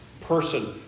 person